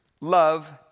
Love